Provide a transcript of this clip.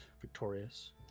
victorious